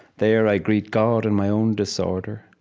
there, i greet god in my own disorder.